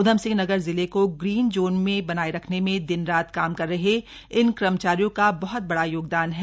ऊधमसिंह नगर जिले को green zone में बनाये रखने में दिनरात काम कर रहे इन कर्मचारियों का बह्त बड़ा योगदान है